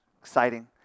exciting